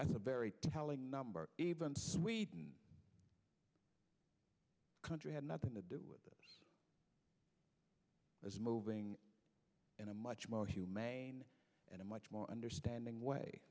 that's a very telling number even sweden country had nothing to do with it as moving in a much more humane and a much more understanding way